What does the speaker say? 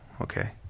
okay